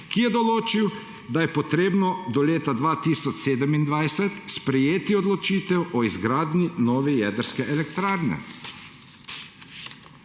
ki je določil, da je potrebno do leta 2027 sprejeti odločitev o izgradnji nove jedrske elektrarne.